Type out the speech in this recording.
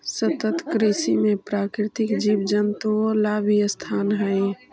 सतत कृषि में प्राकृतिक जीव जंतुओं ला भी स्थान हई